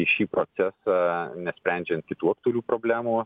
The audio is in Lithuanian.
į šį procesą nesprendžiant kitų aktualių problemų